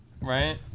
right